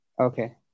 Okay